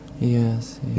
Yes